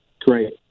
great